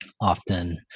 often